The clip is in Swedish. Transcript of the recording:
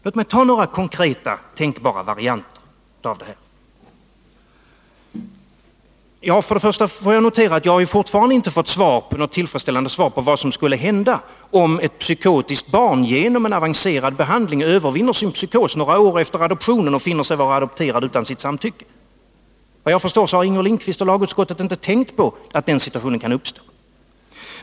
Jag skall nämna några konkreta tänkbara varianter av detta. Först får jag notera att jag inte fått något tillfredsställande svar på frågan om vad som skulle hända om ett psykotiskt barn genom en avancerad behandling övervinner sin psykos några år efter adoptionen och finner sig vara adopterad utan sitt samtycke. Såvitt jag förstår har Inger Lindquist och lagutskottet inte tänkt på att den situationen kan uppstå.